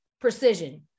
precision